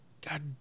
God